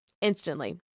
instantly